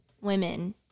women